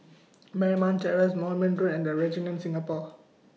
Marymount Terrace Moulmein Road and The Regent Singapore